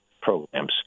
programs